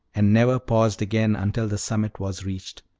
and never paused again until the summit was reached.